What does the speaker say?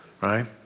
Right